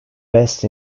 best